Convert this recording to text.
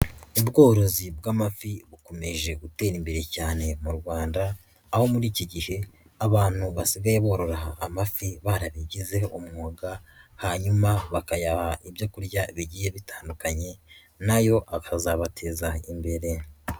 Ubworozi bw'amafi bukomeje gutera imbere cyane mu Rwanda, aho muri iki gihe abantu basigaye borora amafi barabigize umwuga, hanyuma bakayaha ibyo kurya bigiye bitandukanye na yo akazabateza imbere.